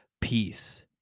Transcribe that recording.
peace